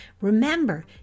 Remember